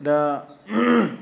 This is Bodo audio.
दा